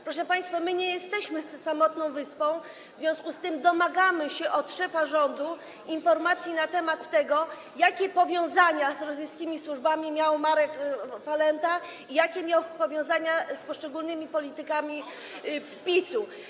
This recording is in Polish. Proszę państwa, nie jesteśmy samotną wyspą, w związku z czym domagamy się od szefa rządu informacji na temat tego, jakie powiązania z rosyjskimi służbami miał Marek Falenta i jakie były jego powiązania z poszczególnymi politykami PiS-u.